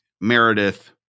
Meredith